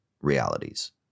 realities